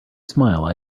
smile